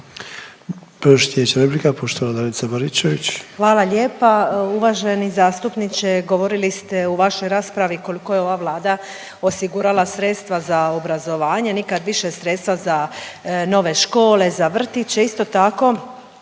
Baričević. **Baričević, Danica (HDZ)** Hvala lijepa. Uvaženi zastupniče govorili ste u vašoj raspravi koliko je ova Vlada osigurala sredstva za obrazovanje, nikad više sredstva za nove škole, za vrtiće. Isto tako